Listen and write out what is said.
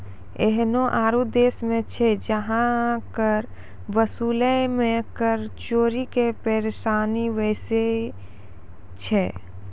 एहनो आरु देश छै जहां कर वसूलै मे कर चोरी के परेशानी बेसी छै